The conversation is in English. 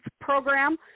program